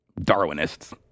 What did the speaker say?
Darwinists